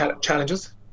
challenges